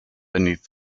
beneath